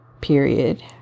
period